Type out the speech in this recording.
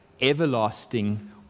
everlasting